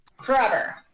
forever